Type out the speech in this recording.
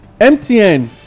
MTN